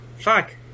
Fuck